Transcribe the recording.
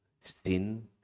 sin